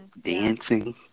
dancing